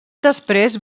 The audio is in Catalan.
després